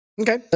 Okay